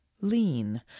lean